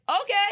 okay